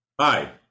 Hi